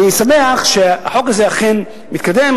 אני שמח שהחוק הזה אכן מתקדם.